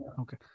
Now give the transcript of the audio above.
okay